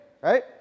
Right